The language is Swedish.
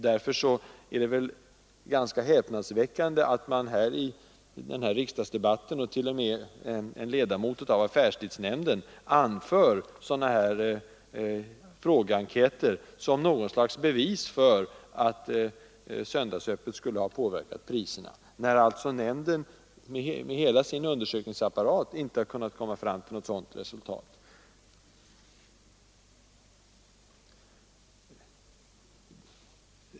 Därför är det ganska häpnadsväckande att man i denna riksdagsdebatt — t.o.m. en ledamot av affärstidsnämnden — anför sådana enkäter som bevis för att söndagsöppet skulle ha påverkat priserna, när nämnden med hela sin undersökningsapparat inte har kunnat komma fram till något sådant resultat.